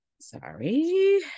Sorry